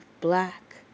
black